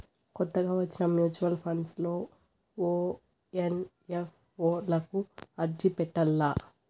కొత్తగా వచ్చిన mutual funds లో ఓ ఎన్.ఎఫ్.ఓ లకు అర్జీ పెట్టల్ల